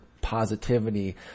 positivity